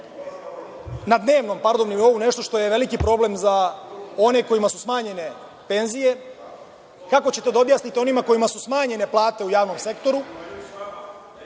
na dnevnom, pardon, nivou, nešto što je veliki problem za one kojima su smanjene penzije. Kako ćete da objasnite onima kojima su smanjene plate u javnom sektoru,